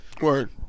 Word